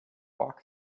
walk